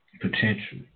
potential